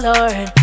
Lord